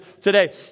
today